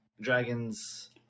dragons